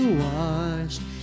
washed